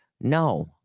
no